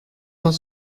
dans